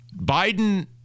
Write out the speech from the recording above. Biden